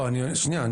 שנייה.